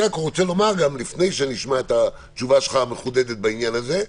לפני שנשמע את התשובה המחודדת שלך בעניין הזה,